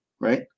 right